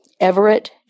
Everett